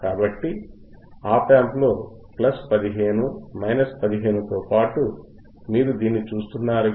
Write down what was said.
కాబట్టి op amp లో plus 15 minus 15 తో పాటు మీరు దీన్ని చూస్తున్నారుగా